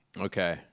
Okay